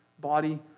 body